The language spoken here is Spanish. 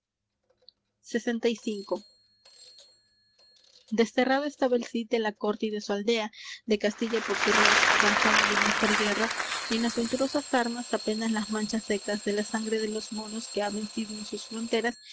desterrado estaba el cid de la corte y de su aldea de castilla por su rey cansado de vencer guerras y en las venturosas armas apenas las manchas secas de la sangre de los moros que ha vencido en sus fronteras